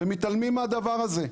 ומתעלמים מהדבר הזה.